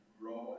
grow